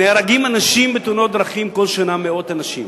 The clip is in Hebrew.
אנשים נהרגים בתאונות דרכים, כל שנה מאות אנשים.